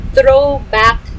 throwback